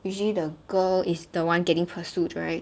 usually the girl is the one getting pursuit right